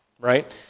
right